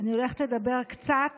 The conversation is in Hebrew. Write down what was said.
אני הולכת לדבר קצת